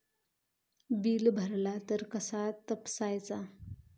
Bill भरला तर कसा तपसायचा?